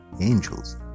Angels